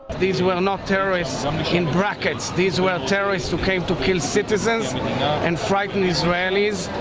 these were not terrorists um in brackets. these were terrorists who came to kill citizens and frighten israelis,